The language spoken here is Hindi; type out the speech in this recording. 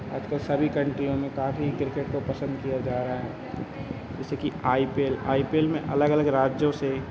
आजकल सभी कंट्रियों में काफ़ी क्रिकेट को पसंद किया जा रहा है जैसे कि I P L I P L में अलग अलग राज्यों से